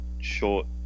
short